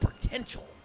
potential